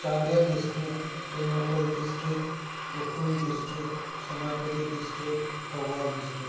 Chandel district Tengnoupal district Ukhrul district Senapati district Thoubal district